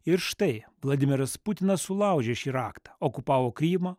ir štai vladimiras putinas sulaužė šį raktą okupavo krymą